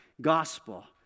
gospel